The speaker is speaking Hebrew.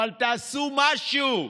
אבל תעשו משהו.